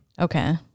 Okay